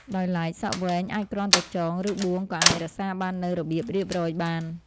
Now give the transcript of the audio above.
ដោយឡែក សក់វែងអាចគ្រាន់តែចង ឬបួងក៏អាចរក្សាបាននូវរបៀបរៀបរយបាន។